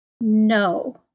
no